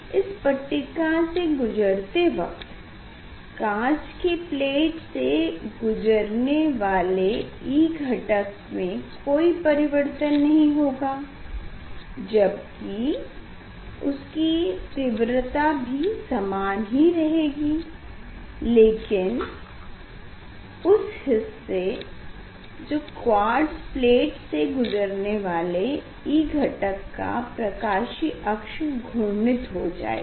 इस पट्टिका से गुजरते वक्त काँच के प्लेट से गुजरने वाले E घटक में कोई परिवर्तन नहीं होगा जबकि उसकी तीव्रता भी समान ही रहेगी लेकिन इस हिस्से क्वार्ट्ज़ प्लेट से गुजरने वाले E घटक का प्रकाशीय अक्ष घूर्णित हो जाएगा